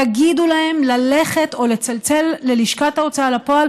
תגידו להם ללכת או לצלצל ללשכת ההוצאה לפועל